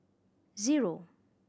zero